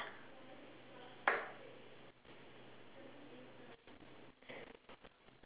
!huh! where is all this